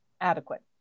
adequate